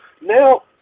Now